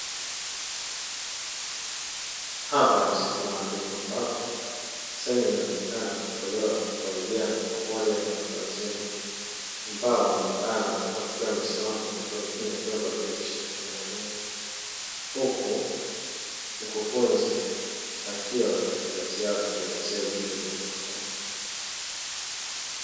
Hapa ni sehemu maalumu, ambapo Semina inaonekana kutolewa kwa vijana pamoja na watu wazima ambao wanaonekana wakiwa wamesimama, huku wengine wakiwa wamevalia tisheti maalumu, huku mkufunzi akiwa katikati yao akiwaelezea juu ya jambo fulani.